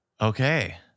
Okay